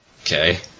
okay